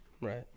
right